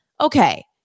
okay